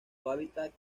hábitat